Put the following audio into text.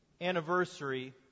anniversary